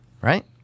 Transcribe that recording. Right